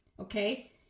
Okay